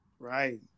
Right